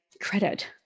credit